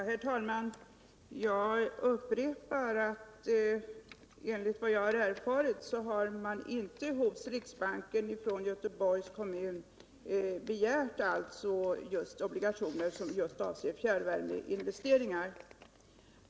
Herr talman! Jag upprepar att enligt vad jag erfarit har inte Göteborgs kommun hos riksbanken begärt att få emittera obligationer som just avser fjärrvärmeinvesteringar.